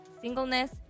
singleness